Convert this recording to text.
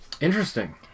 Interesting